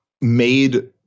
made